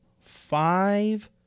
five